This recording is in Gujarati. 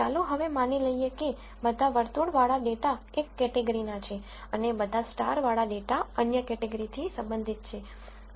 ચાલો હવે માની લઈએ કે બધા વર્તુળ વાળા ડેટા એક કેટેગરીના છે અને બધા સ્ટાર વાળા ડેટા અન્ય કેટેગરીથી સંબંધિત છે